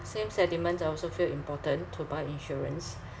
same sentiments I also feel important to buy insurance